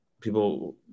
people